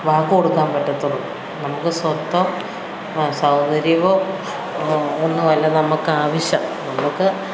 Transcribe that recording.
വാക്ക് കൊടുക്കാൻ പറ്റത്തുള്ളൂ നമുക്ക് സ്വത്തോ സൗകര്യമോ ഒന്നും അല്ല നമുക്ക് ആവശ്യം നമുക്ക്